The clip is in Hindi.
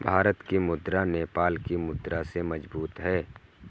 भारत की मुद्रा नेपाल की मुद्रा से मजबूत है